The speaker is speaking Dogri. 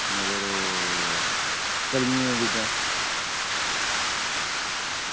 मगर ओह् तली दियां चीज़ां